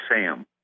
Sam